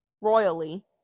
royally